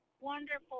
Wonderful